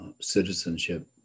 citizenship